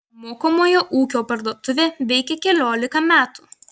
mokomojo ūkio parduotuvė veikia keliolika metų